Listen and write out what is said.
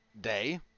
day